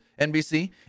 NBC